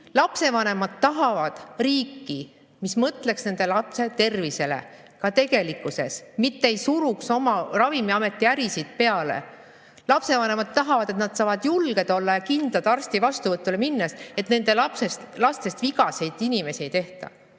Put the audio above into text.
lapsevanemad tahavad riiki, mis mõtleks nende lapse tervisele ka tegelikkuses, mitte ei suruks oma Ravimiameti ärisid peale. Lapsevanemad tahavad, et nad saavad arsti vastuvõtule minnes olla julged ja kindlad, et nende lastest vigaseid inimesi ei tehta.